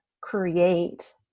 create